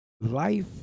life